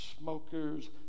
smokers